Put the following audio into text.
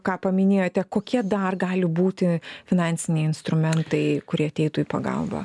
ką paminėjote kokie dar gali būti finansiniai instrumentai kurie ateitų į pagalbą